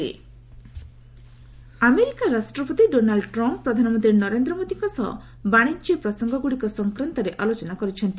PM Trump America ରାଷ୍ଟ୍ରପତି Donald Trump ପ୍ରଧାନମନ୍ତ୍ରୀ ନରେନ୍ଦ୍ର ମୋଦିଙ୍କ ସହ ବାଣିଜ୍ୟ ପ୍ରସଙ୍ଗଗୁଡ଼ିକ ସଂକ୍ରାନ୍ତରେ ଆଲୋଚନା କରିଛନ୍ତି